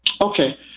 Okay